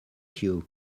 cue